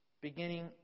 Beginning